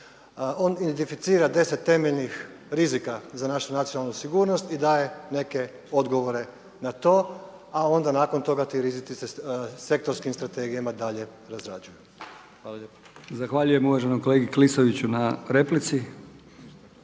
se ne razumije./… 10 temeljnih rizika za našu nacionalnu sigurnost i daje neke odgovore na to a onda nakon toga ti rizici se sektorskim strategijama dalje razrađuju. Hvala lijepa. **Brkić, Milijan (HDZ)** Zahvaljujem uvaženom kolegi Klisoviću na replici. Hvala